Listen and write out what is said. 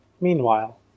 meanwhile